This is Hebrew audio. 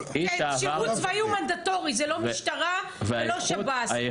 שירות צבאי הוא מנדטורי, זה לא משטרה ולא שב"ס.